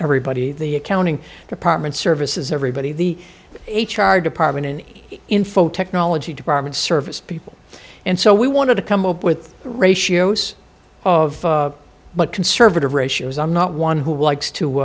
everybody the accounting department services everybody the h r department any info technology department service people and so we want to come up with ratios of but conservative ratios i'm not one who likes to